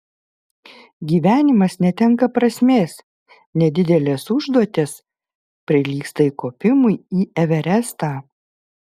gyvenimas netenka prasmės nedidelės užduotys prilygsta įkopimui į everestą